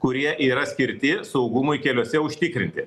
kurie yra skirti saugumui keliuose užtikrinti